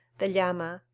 the llama,